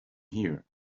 here